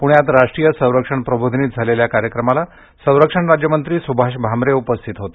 पुण्यात राष्ट्रीय संरक्षण प्रबोधिनीत झालेल्या कार्यक्रमाला सरक्षण राज्यमत्री सुभाष भामरे उपस्थित होते